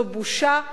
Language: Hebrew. זו בושה.